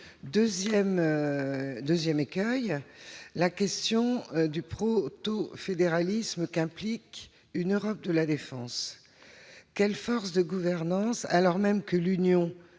Second écueil : le proto-fédéralisme qu'implique une Europe de la défense. Quelle force de gouvernance, alors même que l'Union